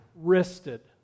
wristed